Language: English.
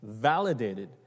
validated